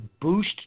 boost